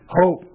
Hope